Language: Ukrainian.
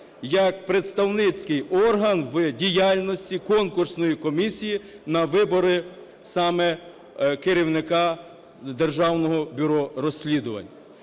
як представницький орган в діяльності конкурсної комісії на вибори саме керівника Державного бюро розслідувань.